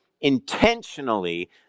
intentionally